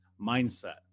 mindset